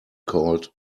called